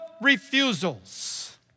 refusals